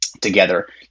together